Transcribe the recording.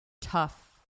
tough